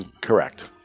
Correct